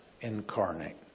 incarnate